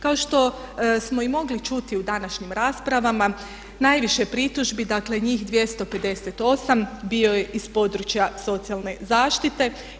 Kao što smo i mogli čuti u današnjim raspravama najviše pritužbi, dakle njih 258 bilo je iz područja socijalne zaštite.